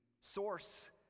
source